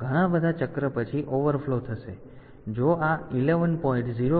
ઘણા બધા ચક્ર પછી ઓવરફ્લો થશે અને જો આ 11